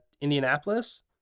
Indianapolis